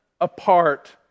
apart